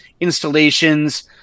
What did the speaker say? installations